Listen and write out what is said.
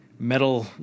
metal